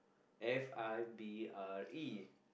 F I B R E